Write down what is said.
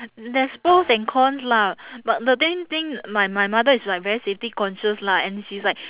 there's pros and cons lah but the main thing my my mother is like very safety conscious lah and she's like